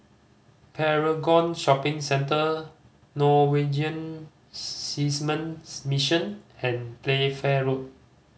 Paragon Shopping Centre Norwegian Seasmen's Mission and Playfair Road